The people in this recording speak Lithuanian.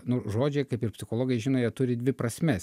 nu žodžiai kaip ir psichologai žino jie turi dvi prasmes